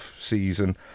season